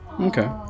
Okay